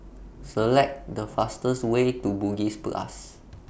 Select The fastest Way to Bugis Plus